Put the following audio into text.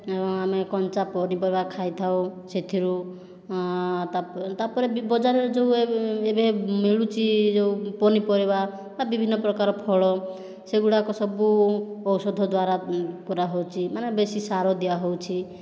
ଆଉ ଆମେ କଞ୍ଚା ପରିବା ଖାଇଥାଉ ସେଥିରୁ ତା ପରେ ବି ବଜାରରୁ ଯେଉଁ ଏବେ ମିଳୁଛି ଯେଉଁ ପନିପରିବା ବା ବିଭିନ୍ନ ପ୍ରକାର ଫଳ ସେଗୁଡ଼ାକ ସବୁ ଔଷଧ ଦ୍ଵାରା କରାହେଉଛି ମାନେ ବେଶୀ ସାର ଦିଆ ହେଉଛି